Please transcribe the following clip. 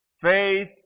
Faith